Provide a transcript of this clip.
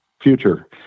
future